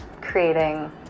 creating